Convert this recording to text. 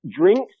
drinks